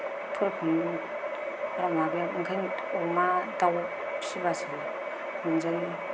फोरखौनो लाना बे ओंखायनो अमा दाउ फिसिबासो मोनजायो